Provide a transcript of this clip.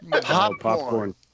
Popcorn